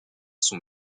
son